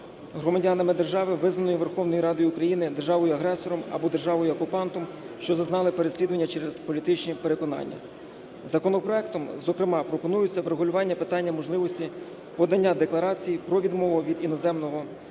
громадянами держави, визнаної Верховною Радою України державою-агресором або державою-окупантом, що зазнали переслідування через політичні переконання. Законопроектом, зокрема, пропонується врегулювання питання можливості подання декларації про відмову від іноземного